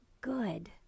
good